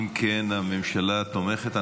אם כן, הממשלה תומכת.